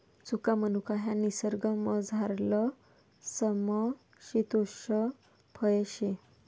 सुका मनुका ह्या निसर्गमझारलं समशितोष्ण फय शे